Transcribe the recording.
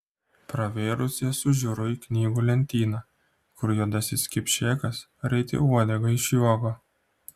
pravėrus jas sužiuro į knygų lentyną kur juodasis kipšėkas raitė uodegą iš juoko